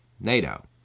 NATO